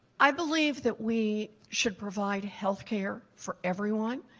i believe that we should provide healthcare for everyone,